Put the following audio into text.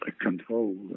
control